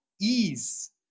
ease